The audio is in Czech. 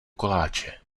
koláče